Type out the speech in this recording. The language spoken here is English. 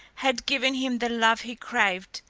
had given him the love he craved,